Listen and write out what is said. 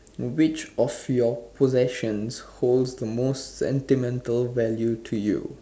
which of your possessions holds the most sentimental value to you